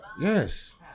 Yes